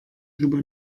chyba